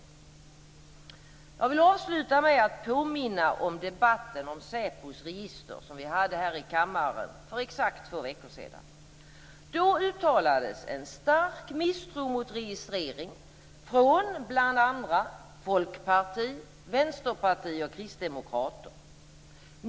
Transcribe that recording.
Jag vill avsluta med att påminna om debatten om SÄPO:s register som vi hade här i kammaren för exakt två veckor sedan. Då uttalades en stark misstro mot registrering från bl.a. Folkpartiet, Vänsterpartiet och Kristdemokraterna.